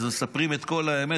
אז מספרים את כל האמת,